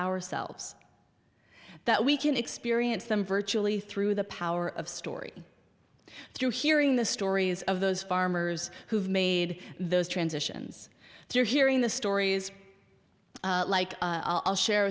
ourselves that we can experience them virtually through the power of story through hearing the stories of those farmers who've made those transitions you're hearing the stories like i'll share